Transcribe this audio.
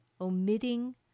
omitting